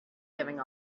giving